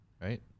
Right